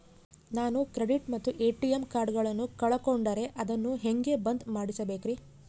ನಾನು ಕ್ರೆಡಿಟ್ ಮತ್ತ ಎ.ಟಿ.ಎಂ ಕಾರ್ಡಗಳನ್ನು ಕಳಕೊಂಡರೆ ಅದನ್ನು ಹೆಂಗೆ ಬಂದ್ ಮಾಡಿಸಬೇಕ್ರಿ?